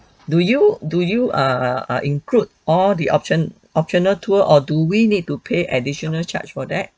do you do you err uh include all the option optional tour or do we need to pay additional charge for that